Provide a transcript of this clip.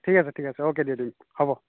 ঠিক আছে ঠিক আছে অ'কে দি দিম হ'ব